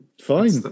fine